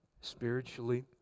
spiritually